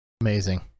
Amazing